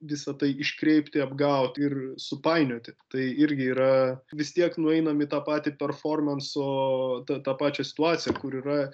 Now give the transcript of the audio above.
visa tai iškreipti apgauti ir supainioti tai irgi yra vis tiek nueinam į tą patį performanso tą pačią situaciją kur yra